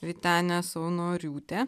vytenė saunoriūtė